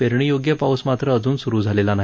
पेरणीयोग्य पाऊस मात्र अजून स्रु झालेला नाही